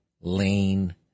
Lane